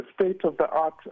state-of-the-art